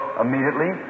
immediately